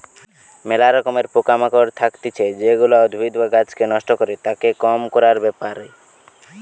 ম্যালা রকমের পোকা মাকড় থাকতিছে যেগুলা উদ্ভিদ বা গাছকে নষ্ট করে, তাকে কম করার ব্যাপার